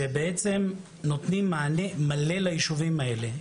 שבעצם נותנים מענה מלא ליישובים האלה,